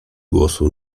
głosu